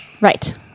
Right